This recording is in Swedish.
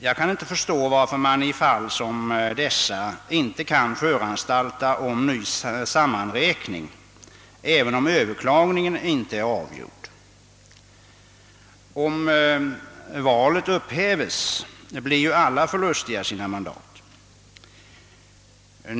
Jag kan inte förstå varför man i fall som dessa inte kan föranstalta om ny sammanräkning, även om besvärsmålet inte är avgjort. Om valet upphäves blir alla förlustiga sina mandat.